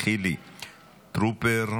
חילי טרופר,